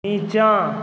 निचाँ